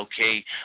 okay